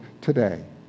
today